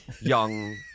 young